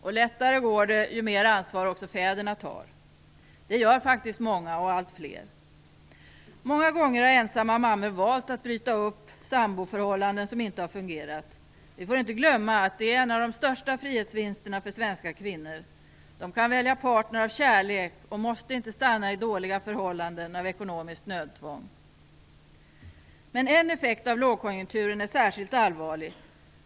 Det går också lättare ju mer ansvar fäderna tar. Det gör faktiskt många, och de blir allt fler. Många gånger har ensamma mammor valt att bryta upp samboförhållanden som inte har fungerat. Vi får inte glömma att detta är en av de största frihetsvinsterna för svenska kvinnor. De kan välja partner av kärlek och måste inte stanna i dåliga förhållanden av ekonomiskt nödtvång. En effekt av lågkonjunkturen är dock särskilt allvarlig.